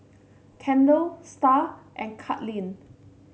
Kendal Star and Katlynn